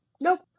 nope